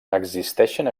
existeixen